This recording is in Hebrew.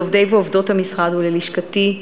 לעובדי ולעובדות המשרד וללשכתי,